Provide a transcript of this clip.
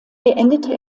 beendete